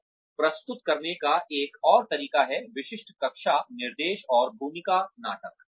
और प्रस्तुत करने का एक और तरीका है विशिष्ट कक्षा निर्देश और भूमिका नाटक